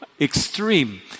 extreme